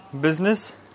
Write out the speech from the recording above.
business